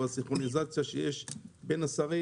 והסינכרוניזציה שיש בין השרים